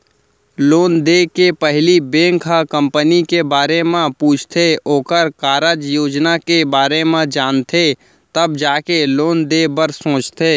loan देय के पहिली बेंक ह कंपनी के बारे म पूछथे ओखर कारज योजना के बारे म जानथे तब जाके लोन देय बर सोचथे